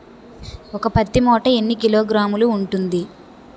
ఒక పత్తి మూట ఎన్ని కిలోగ్రాములు ఉంటుంది?